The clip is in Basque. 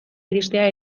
iristea